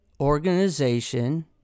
organization